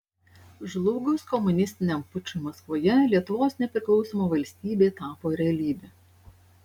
žlugus komunistiniam pučui maskvoje lietuvos nepriklausoma valstybė tapo realybe